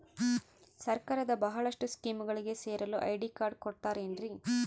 ಸರ್ಕಾರದ ಬಹಳಷ್ಟು ಸ್ಕೇಮುಗಳಿಗೆ ಸೇರಲು ಐ.ಡಿ ಕಾರ್ಡ್ ಕೊಡುತ್ತಾರೇನ್ರಿ?